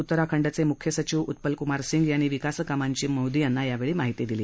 उत्तराखंडचे मुख्य सचिव उत्पल कुमार सिंग यांनी विकासकामांची मोदी यांना माहिती करुन दिली